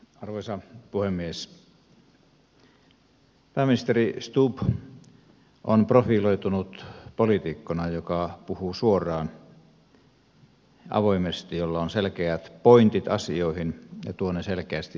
pääministeri stubb on profiloitunut poliitikkona joka puhuu suoraan ja avoimesti jolla on selkeät pointit asioihin ja joka tuo ne selkeästi esille